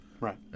Right